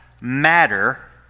matter